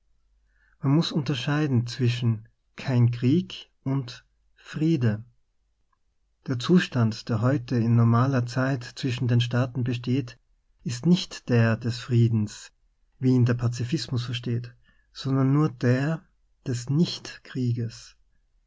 man muß unterscheiden zwischen kein kriegt und friede der zustand der heute in normaler zeit zwischeh den staaten besteht ist nicht der des friedens wie ihn der pazifismus versteht sondern nur der des